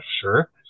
Sure